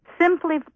simply